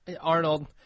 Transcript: Arnold